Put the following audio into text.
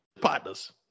partners